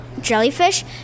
jellyfish